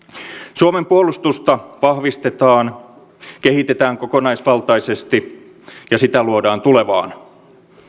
suomen puolustusta vahvistetaan kehitetään kokonaisvaltaisesti ja sitä luodaan tulevaan